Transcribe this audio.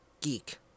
geek